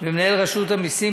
ומנהל רשות המסים,